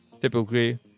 Typically